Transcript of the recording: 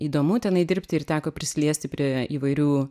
įdomu tenai dirbti ir teko prisiliesti prie įvairių